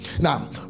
Now